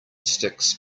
sticks